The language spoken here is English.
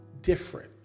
different